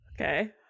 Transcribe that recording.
Okay